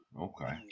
Okay